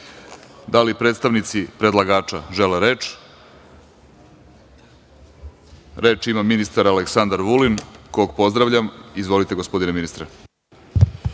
li predstavnici predlagača žele reč? (Da.)Reč ima ministar Aleksandar Vulin, kog pozdravljam. Izvolite, gospodine ministre.